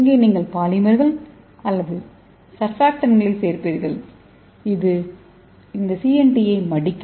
இங்கே நீங்கள் பாலிமர்கள் அல்லது சர்பாக்டான்ட்களைச் சேர்ப்பீர்கள் இது இந்த சிஎன்டியை மடிக்கும்